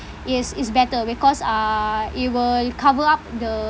is it's better because uh it will cover up the